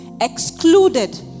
excluded